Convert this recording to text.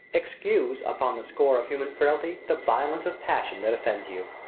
excuse, upon the score of human frailty, the violence of passion that offends you,